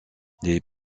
les